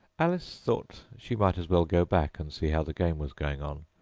alice thought she might as well go back, and see how the game was going on,